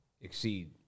exceed